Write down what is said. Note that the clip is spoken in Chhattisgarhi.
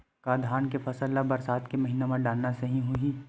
का धान के फसल ल बरसात के महिना डालना सही होही?